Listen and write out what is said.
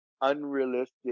unrealistic